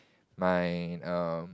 my err